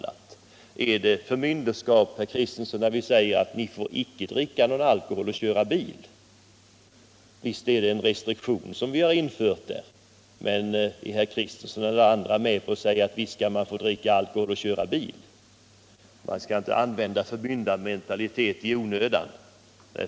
Men är det ett förmynderskap, herr Kristenson, när vi säger att ni får inte dricka alkohol om ni skall köra bil? Visst är det en restriktion som vi där har infört, men varken herr Kristenson eller någon annan vill väl säga att visst får vi dricka alkohol och köra bil! Man skall inte använda ordet förmynderskap i onödan.